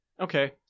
okay